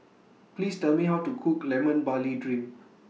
Please Tell Me How to Cook Lemon Barley Drink